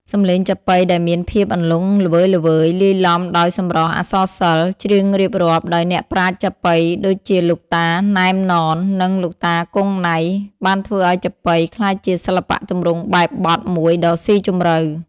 សម្លេងចាប៉ីដែលមានភាពអន្លង់ល្វើយៗ លាយឡំដោយសម្រស់អក្សរសិល្ប៍ ច្រៀងរៀបរាប់ដោយអ្នកប្រាជ្ញចាប៉ី ដូចជាលោកតា ណៃ ណម និងលោកតា គង់ ណៃ បានធ្វើឱ្យចាប៉ីក្លាយជាសិល្បៈទម្រង់បែបបទមួយដ៏ស៊ីជម្រៅ។